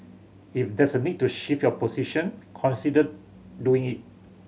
if there's a need to shift your position consider doing it